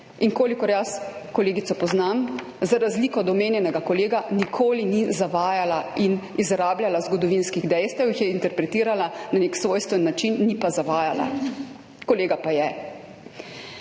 In kolikor jaz kolegico poznam, za razliko od omenjenega kolega nikoli ni zavajala in izrabljala zgodovinskih dejstev. Jih je interpretirala na nek svojstven način, ni pa zavajala, kolega pa je.